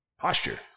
posture